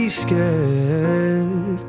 scared